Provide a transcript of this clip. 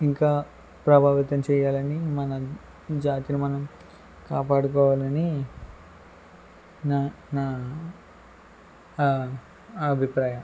ఇంకా ప్రభావితం చెయ్యాలని మన జాతిని మనం కాపాడుకోవాలని నా నా అభిప్రాయం